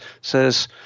says